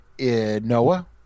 Noah